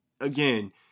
Again